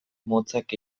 motzak